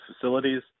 facilities